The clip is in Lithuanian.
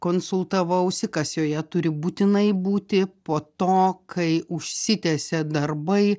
konsultavausi kas joje turi būtinai būti po to kai užsitęsė darbai